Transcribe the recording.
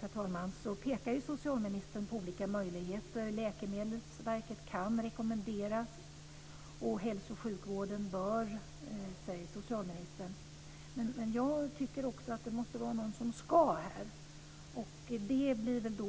herr talman. Socialministern pekar på olika möjligheter. Läkemedelsverket kan rekommendera och hälso och sjukvården bör göra det ena och det andra, säger han. Men jag tycker att det måste vara någon som ska här också.